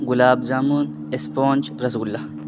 گلاب jamun sponge rasgulla